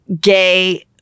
gay